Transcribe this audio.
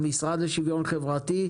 המשרד לשוויון חברתי,